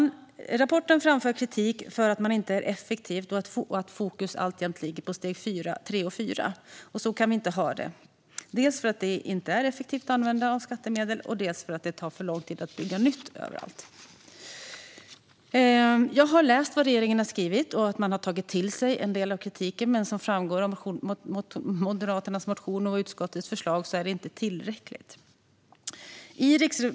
I rapporten framförs kritik för att man inte är effektiv och att fokus alltjämt ligger på steg 3 och 4. Så kan vi inte ha det, dels för att det inte är ett effektivt användande av skattemedel, dels för att det tar för lång tid att bygga nytt överallt. Jag har läst vad regeringen har skrivit och att Trafikverket har tagit till sig en del av kritiken. Men som framgår av Moderaternas motion och utskottets förslag är det inte tillräckligt.